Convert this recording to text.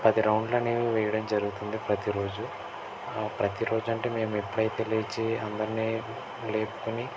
పది రౌండ్లు అనేవి వేయడం జరుగుతుంది ప్రతీరోజు ప్రతీ రోజంటే మేము ఎప్పుడైతే లేచి అందరినీ లేపుకుని